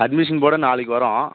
admission போட நாளைக்கு வரோம்